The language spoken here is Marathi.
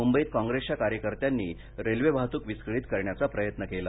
मुंबईत काँप्रेसच्या कार्यकर्त्यांनी रेल्वे वाहतूक विस्कळीत करण्याचा प्रयत्न केला